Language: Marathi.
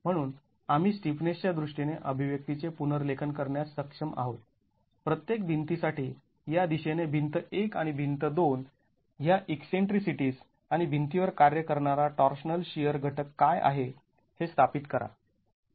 म्हणून आम्ही स्टिफनेसच्या दृष्टीने अभिव्यक्ती चे पुनर्लेखन करण्यास सक्षम आहोत प्रत्येक भिंती साठी या दिशेने भिंत १ आणि भिंत २ ह्या ईकसेंट्रीसिटीज् आणि भिंतीवर कार्य करणारा टॉर्शनल शिअर घटक काय आहे हे स्थापित करा